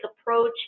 approach